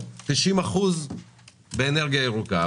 90% באנרגיה ירוקה.